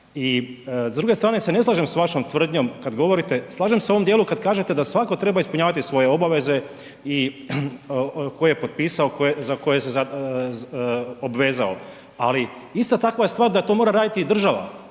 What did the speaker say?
I s druge strane se ne slažem s vašom tvrdnjom kada govorite, slažem se u ovom dijelu kada kažete da svatko treba ispunjavati svoje obaveze koje je potpisao, za koje se obvezao, ali ista takva je stvar je da to mora raditi i država.